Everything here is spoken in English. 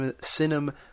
cinema